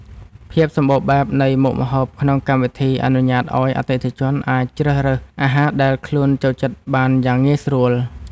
ភាពសម្បូរបែបនៃមុខម្ហូបក្នុងកម្មវិធីអនុញ្ញាតឱ្យអតិថិជនអាចជ្រើសរើសអាហារដែលខ្លួនចូលចិត្តបានយ៉ាងងាយស្រួល។